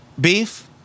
beef